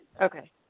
Okay